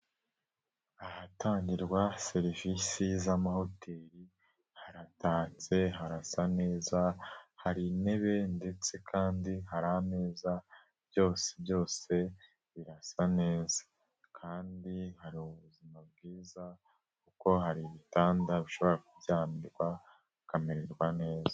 Ahatangirwa serivisi z'amahoteli, haratanze, harasa neza, hari intebe ndetse kandi hari ameza, byose byose birasa neza kandi hari ubuzima bwiza kuko hari ibitanda bishobora kuryamirwa ukamererwa neza.